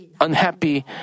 unhappy